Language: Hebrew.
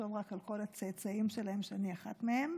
תחשוב רק על כל הצאצאים שלהם, שאני אחת מהם.